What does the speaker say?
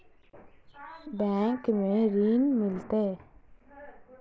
Bank में ऋण मिलते?